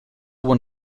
one